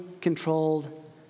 controlled